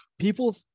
People